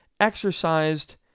exercised